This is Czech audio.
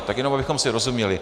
Tak jenom abychom si rozuměli.